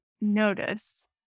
notice